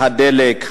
הדלק,